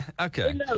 Okay